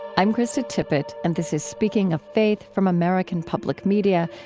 i'm krista tippett, and this is speaking of faith from american public media.